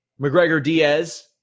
McGregor-Diaz